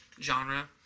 genre